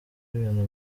ibintu